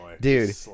Dude